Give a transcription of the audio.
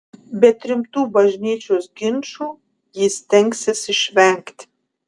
bet rimtų bažnyčios ginčų ji stengsis išvengti